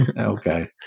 Okay